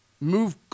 move